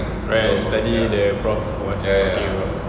ya ya tadi the prof was talking about